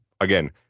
again